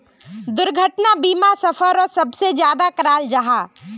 दुर्घटना बीमा सफ़रोत सबसे ज्यादा कराल जाहा